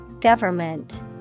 Government